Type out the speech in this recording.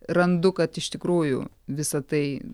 randu kad iš tikrųjų visa tai